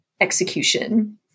execution